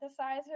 synthesizer